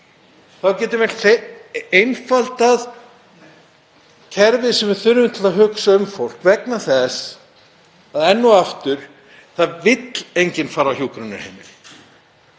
þá getum við einfaldað kerfið sem við þurfum til að hugsa um fólk, vegna þess að enn og aftur: Það vill enginn fara á hjúkrunarheimili.